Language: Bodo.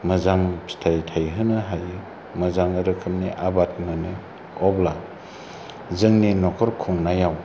मोजां फिथाइ थाइहोनो हायो मोजां रोखोमनि आबाद मोनो अब्ला जोंनि नखर खुंनायाव